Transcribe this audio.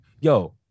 Yo